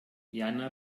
jana